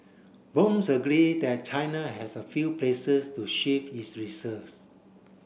blooms agree that China has a few places to shift its reserves